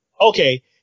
Okay